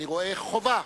אני רואה חובה